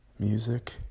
music